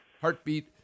heartbeat